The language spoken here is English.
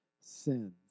sins